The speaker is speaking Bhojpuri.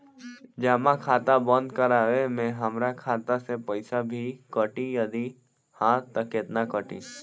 जमा खाता बंद करवावे मे हमरा खाता से पईसा भी कटी यदि हा त केतना कटी?